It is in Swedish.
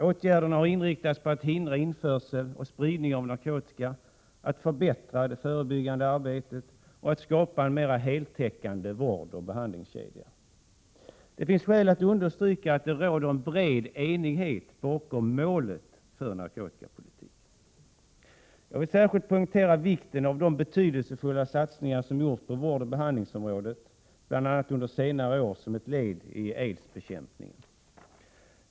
Åtgärderna har inriktats på att hindra införsel och spridning av narkotika, att förbättra det förebyggande arbetet och skapa en heltäckande vårdoch behandlingskedja. Det finns skäl att understryka att det råder en bred enighet om målet för narkotikapolitiken. Jag vill särskilt poängtera vikten av de betydelsefulla satsningar som har gjorts på vårdoch behandlingsområdet, bl.a. under senare år, som ett led i aidsbekämpningen.